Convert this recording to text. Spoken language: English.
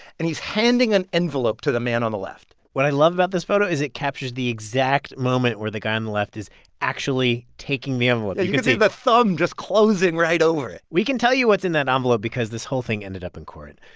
and he's handing an envelope to the man on the left what i love about this photo is it captures the exact moment where the guy on the left is actually taking the envelope you can see the thumb just closing right over it we can tell you what's in that envelope because this whole thing ended up in court.